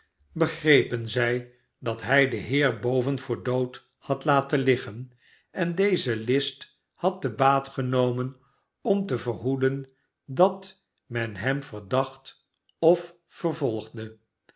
begrepen zij dat hij de heer boven yoor dood had laten liggen en deze list had te baat genomen om te verhoeden dat men hem verdacht of vervolgde